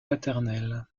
paternelle